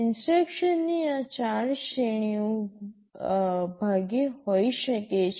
instruction ની આ ૪ શ્રેણીઓ ભાગે હોઈ શકે છે